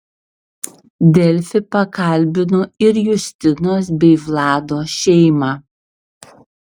delfi pakalbino ir justinos bei vlado šeimą